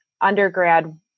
undergrad